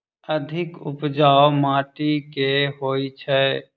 अधिक उपजाउ माटि केँ होइ छै?